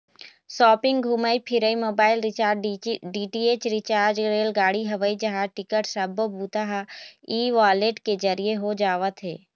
shopping, घूमई फिरई, mobile recharge, DTH recharge, रेलगाड़ी, हवई जहाज टिकट सब्बो बूता ह ई वॉलेट के जरिए हो जावत हे